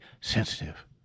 sensitive